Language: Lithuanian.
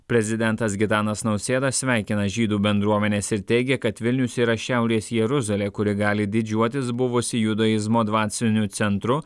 prezidentas gitanas nausėda sveikina žydų bendruomenes ir teigia kad vilnius yra šiaurės jeruzalė kuri gali didžiuotis buvusi judaizmo dvasiniu centru